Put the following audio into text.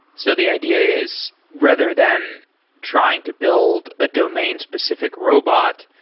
so the idea is rather than trying to build a domain-specific robot,